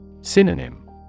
Synonym